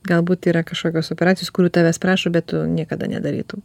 galbūt yra kažkokios operacijos kurių tavęs prašo bet tu niekada nedarytum